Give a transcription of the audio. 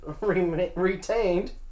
retained